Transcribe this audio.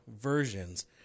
versions